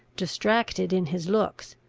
distracted in his looks!